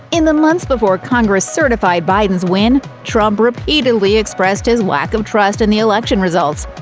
in the months before congress certified biden's win, trump repeatedly expressed his lack of trust in the election results.